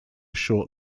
short